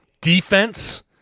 defense